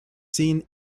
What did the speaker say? seen